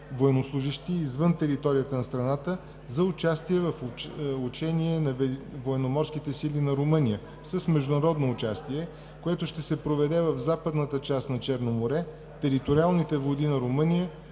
военнослужещи извън територията на страната за участие в учение на Военноморските сили на Румъния с международно участие, което ще се проведе в западната част на Черно море, териториалните води на Румъния